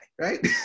right